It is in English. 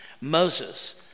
Moses